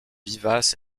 vivace